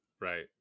Right